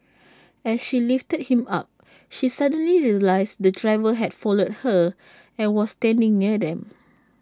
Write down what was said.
as she lifted him up she suddenly realised the driver had followed her and was standing near them